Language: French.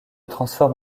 transforme